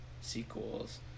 sequels